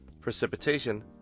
precipitation